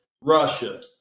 Russia